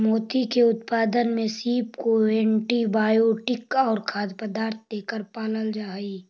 मोती के उत्पादन में सीप को एंटीबायोटिक और खाद्य पदार्थ देकर पालल जा हई